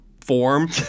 form